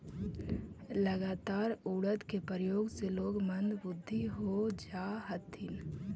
लगातार उड़द के प्रयोग से लोग मंदबुद्धि हो जा हथिन